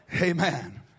Amen